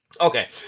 okay